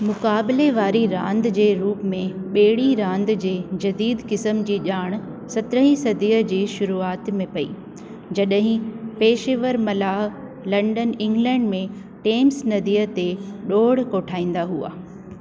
मुक़ाबले वारी रांदि जे रूप में ॿेड़ी रांदि जे जदीदु क़िस्म जी ॼाण सतरहीं सदीअ जी शुरूआति में पई जॾहिं पेशेवर मलाह लंडन इंगलैंड में टेम्स नदीअ ते डोड़ कोठाईंदा हुआ